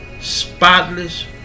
spotless